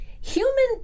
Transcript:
Human